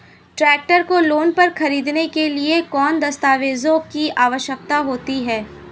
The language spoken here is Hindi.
ट्रैक्टर को लोंन पर खरीदने के लिए किन दस्तावेज़ों की आवश्यकता होती है?